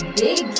big